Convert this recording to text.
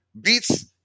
beats